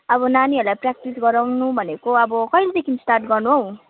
अब नानीहरूलाई प्र्याक्टिस गराउनु भनेको अब कहिलेदेखि स्टार्ट गर्नु हौ